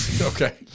Okay